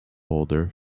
older